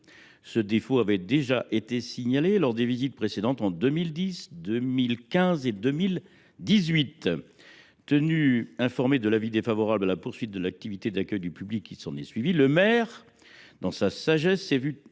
Ce défaut avait déjà été signalé lors des visites précédentes en 2010, 2015 et 2018. Tenu informé de l’avis défavorable à la poursuite de l’activité d’accueil du public qui s’est ensuivi, le maire s’est vu